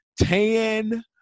tan